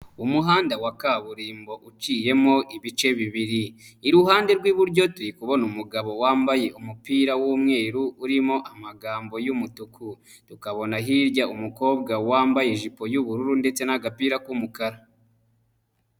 Umuhanda wa kaburimbo uciyemo ibice bibiri, iruhande rw'iburyo turi kubona umugabo wambaye umupira w'umweru urimo amagambo y'umutuku, tukabona hirya umukobwa wambaye ijipo y'ubururu ndetse n'agapira k'umukara.